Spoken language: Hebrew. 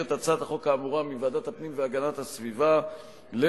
את הצעת החוק האמורה מוועדת הפנים והגנת הסביבה לדיון